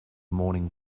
morning